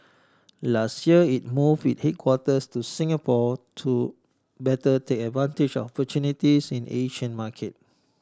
last year it move it headquarters to Singapore to better take advantage of opportunities in Asian market